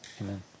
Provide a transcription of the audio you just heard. Amen